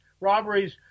robberies